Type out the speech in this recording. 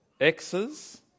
Xs